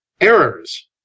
errors